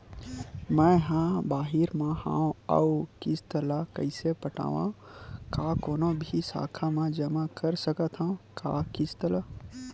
मैं हा बाहिर मा हाव आऊ किस्त ला कइसे पटावव, का कोनो भी शाखा मा जमा कर सकथव का किस्त ला?